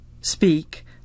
Speak